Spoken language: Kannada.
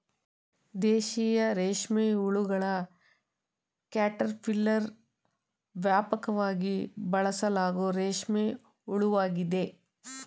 ದೇಶೀಯ ರೇಷ್ಮೆಹುಳುಗಳ ಕ್ಯಾಟರ್ಪಿಲ್ಲರ್ ವ್ಯಾಪಕವಾಗಿ ಬಳಸಲಾಗೋ ರೇಷ್ಮೆ ಹುಳುವಾಗಿದೆ